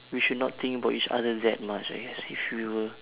we should not think about each other that much I guess if we were